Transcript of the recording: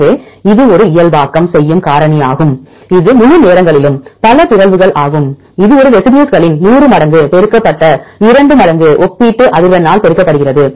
எனவே இது ஒரு இயல்பாக்கம் செய்யும் காரணியாகும் இது முழு நேரங்களிலும் பல பிறழ்வுகள் ஆகும் இது ஒரு ரெசி டியூஸ்களின் 100 மடங்கு பெருக்கப்பட்ட 2 மடங்கு ஒப்பீட்டு அதிர்வெண்ணால் பெருக்கப்படுகிறது